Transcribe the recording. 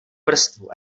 vrstvu